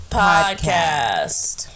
podcast